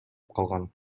калган